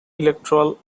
electoral